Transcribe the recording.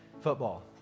football